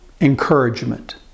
encouragement